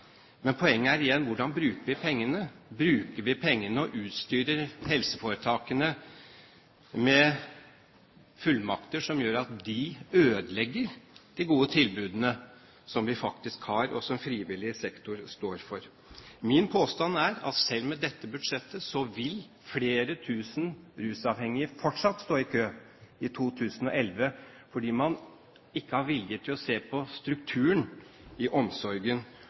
men poenget er igjen: Hvordan bruker vi pengene? Bruker vi pengene til å utstyre helseforetakene med fullmakter som gjør at de ødelegger de gode tilbudene som vi faktisk har, og som frivillig sektor står for? Min påstand er at selv med dette budsjettet vil flere tusen rusavhengige fortsatt stå i kø i 2011, fordi man ikke har vilje til å se på strukturen i omsorgen